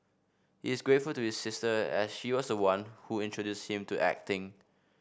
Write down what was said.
he is grateful to his sister as she was the one who introduced him to acting